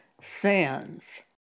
sins